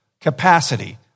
capacity